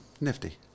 Nifty